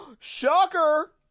Shocker